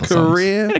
career